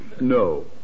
No